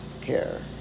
care